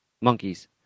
monkeys